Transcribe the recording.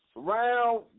Round